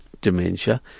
dementia